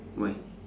why